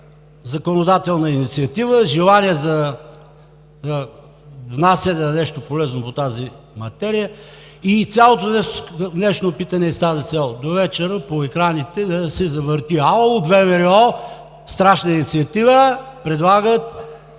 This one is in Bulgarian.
законодателна инициатива, желание за внасяне на нещо полезно по тази материя. Цялото днешно питане е и с тази цел – довечера по екраните да се завърти: аууу, от ВМРО страшна инициатива, предлагат